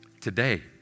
Today